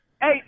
Hey